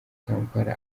kampala